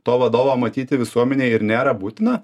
to vadovo matyti visuomenėj ir nėra būtina